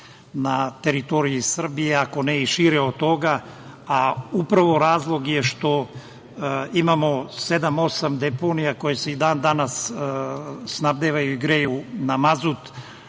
na teritoriji Srbije, ako ne i šire od toga, a razlog su upravo tih sedam-osam deponija koje se i dan-danas snabdevaju i greju na mazut.